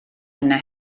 yna